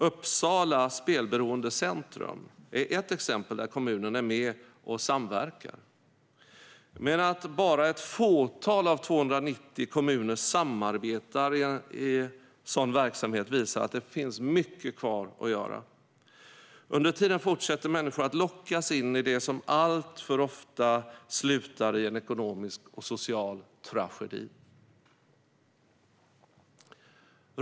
Uppsala Spelberoendecentrum är ett exempel där kommunen är med och samverkar, men att bara ett fåtal av våra 290 kommuner samarbetar i sådan verksamhet visar att det finns mycket kvar att göra. Under tiden fortsätter människor att lockas in i det som alltför ofta slutar i en ekonomisk och social tragedi.